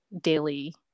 daily